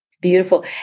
Beautiful